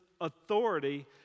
authority